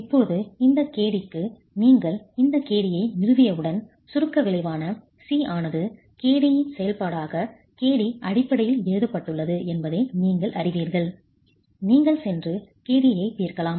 இப்போது இந்த kd க்கு நீங்கள் இந்த kd ஐ நிறுவியவுடன் சுருக்க விளைவான C ஆனது kd இன் செயல்பாடாக kd அடிப்படையில் எழுதப்பட்டுள்ளது என்பதை நீங்கள் அறிவீர்கள் நீங்கள் சென்று kd ஐ தீர்க்கலாம்